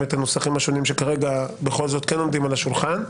את הנוסחים השונים שכרגע בכל זאת כן עומדים על השולחן.